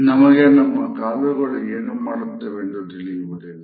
ನಮಗೆ ನಮ್ಮ ಕಾಲುಗಳು ಏನು ಮಾಡುತ್ತವೆ ಎಂದು ತಿಳಿಯುವುದಿಲ್ಲ